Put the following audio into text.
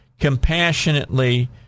compassionately